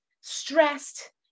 stressed